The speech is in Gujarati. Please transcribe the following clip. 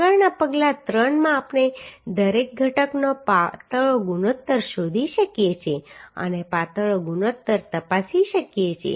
આગળના પગલા 3 માં આપણે દરેક ઘટકનો પાતળો ગુણોત્તર શોધી શકીએ છીએ અને પાતળો ગુણોત્તર તપાસી શકીએ છીએ